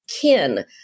kin